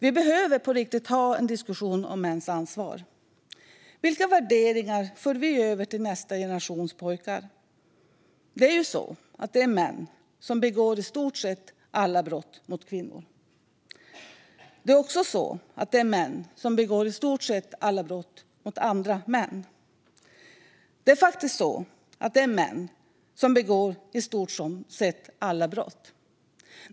Vi behöver på riktigt ha en diskussion om mäns ansvar. Vilka värderingar för vi över till nästa generations pojkar? Det är ju män som begår i stort sett alla brott mot kvinnor. Det är också män som begår i stort sett alla brott mot andra män. Det är faktiskt så att det är män som begår i stort sett alla brott.